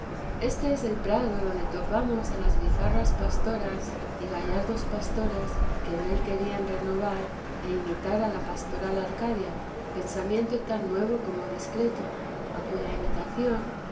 éste es el prado donde topamos a las bizarras pastoras y gallardos pastores que en él querían renovar e imitar a la pastoral arcadia pensamiento tan nuevo como discreto a cuya imitación